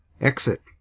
Exit